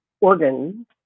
organs